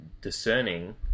discerning